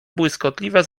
błyskotliwe